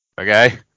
okay